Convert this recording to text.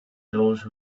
those